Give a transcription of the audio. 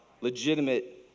legitimate